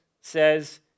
says